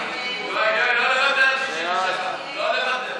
לא התקבלה.